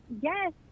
yes